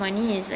mm